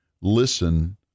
Listen